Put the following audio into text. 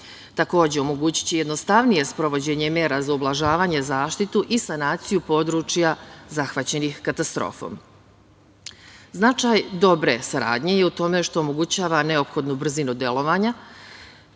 Takođe, omogući će i jednostavnije sprovođenje mera za ublažavanje, zaštitu i sanaciju područja zahvaćenih katastrofom. Značaj dobre saradnje je u tome što omogućava neophodnu brzinu delovanja,